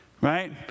right